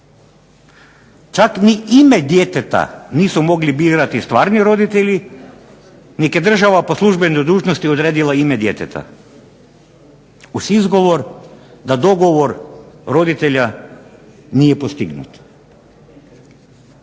Čak ni ime djeteta nisu mogli birati stvarni roditelji, nego je država po službenoj dužnosti odredila ime djeteta, uz izgovor da dogovor roditelja nije postignut.